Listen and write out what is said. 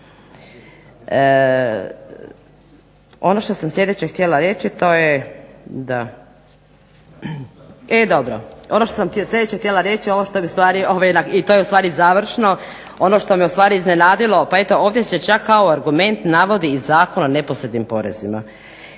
Ono što sam sljedeće htjela reći i to je ustvari završno ono što me ustvari iznenadilo. Pa eto ovdje se čak kao argument navodi i Zakon o neposrednim porezima.